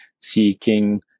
seeking